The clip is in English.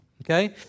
Okay